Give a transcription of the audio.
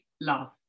love